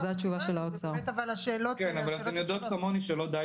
תודה רבה לך שהיית איתנו גברתי